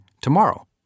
tomorrow